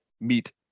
meet